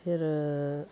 फ्ही